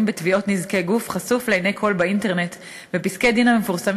בתביעות נזקי גוף חשוף לעיני כול באינטרנט בפסקי-דין המתפרסמים